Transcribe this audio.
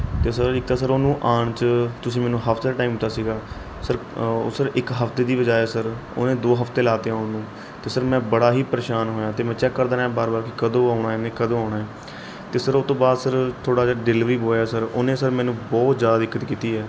ਅਤੇ ਸਰ ਇੱਕ ਤਾਂ ਸਰ ਉਹਨੂੰ ਆਉਣ 'ਚ ਤੁਸੀਂ ਮੈਨੂੰ ਹਫ਼ਤੇ ਦਾ ਟਾਈਮ ਦਿੱਤਾ ਸੀਗਾ ਸਰ ਉਹ ਸਰ ਇੱਕ ਹਫਤੇ ਦੀ ਬਜਾਏ ਸਰ ਉਹਨੇ ਦੋ ਹਫਤੇ ਲਾ 'ਤੇ ਆਉਣ ਨੂੰ ਅਤੇ ਸਰ ਮੈਂ ਬੜਾ ਹੀ ਪਰੇਸ਼ਾਨ ਹੋਇਆ ਅਤੇ ਮੈਂ ਚੈੱਕ ਕਰਦਾ ਰਿਹਾ ਬਾਰ ਬਾਰ ਕਿ ਕਦੋਂ ਆਉਣਾ ਏ ਇਹਨੇ ਕਦੋਂ ਆਉਣਾ ਏ ਏ ਅਤੇ ਸਰ ਉਹ ਤੋਂ ਬਾਅਦ ਸਰ ਥੋੜ੍ਹਾ ਜਿਹਾ ਡਿਲੀਵਰੀ ਬੋਆਏ ਸਰ ਉਹਨੇ ਸਰ ਮੈਨੂੰ ਬਹੁਤ ਜ਼ਿਆਦਾ ਦਿੱਕਤ ਕੀਤੀ ਹੈ